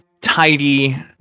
tidy